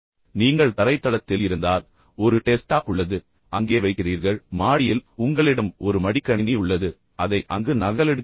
நீங்கள் உங்கள் தரைத்தளத்தில் இருந்தால் ஒரு டெஸ்க்டாப் உள்ளது நீங்கள் அங்கே வைக்கிறீர்கள் மேல் மாடியில் உங்களிடம் ஒரு மடிக்கணினி உள்ளது நீங்கள் அதை அங்கு நகலெடுக்கிறீர்கள்